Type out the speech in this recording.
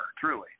truly